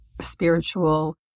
spiritual